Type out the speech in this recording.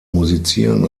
musizieren